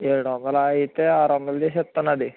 ఏడు వందలా అయితే ఆరు వందలు చేసి ఇస్తాను అది